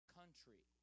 country